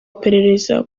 iperereza